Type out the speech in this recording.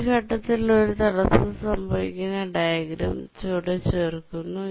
ഒരു ഘട്ടത്തിൽ ഒരു തടസ്സം സംഭവിക്കുന്ന ഡയഗ്രം ചുവടെ ചേർക്കുന്നു